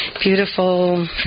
beautiful